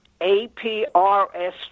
APRS